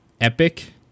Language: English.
Epic